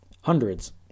Hundreds